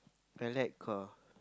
I like car